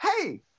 Hey